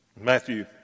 Matthew